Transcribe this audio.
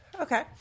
Okay